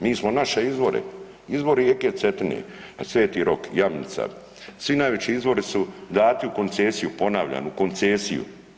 Mi smo naše izvore, izvor rijeke Cetine, Sv. Rok, Jamnica svi najveći izvori su dati u koncesiju, ponavljam u koncesiju.